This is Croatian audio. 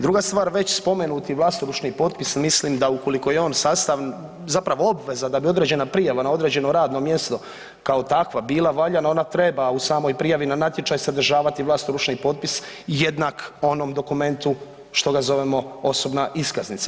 Druga stvar već spomenuti vlastoručni potpis mislim da ukoliko je zapravo on obveza da bi određena prijava na određeno radno mjesto kao takva bila valjana ona treba u samoj prijavi na natječaj sadržavati vlastoručni potpis jednak onom dokumentu što ga zovemo osobna iskaznica.